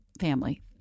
Family